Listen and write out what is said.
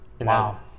Wow